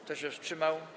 Kto się wstrzymał?